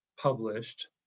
published